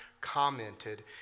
commented